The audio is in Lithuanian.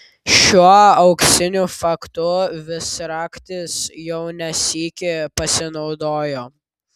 šiuo auksiniu faktu visraktis jau ne sykį pasinaudojo